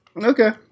Okay